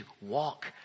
walk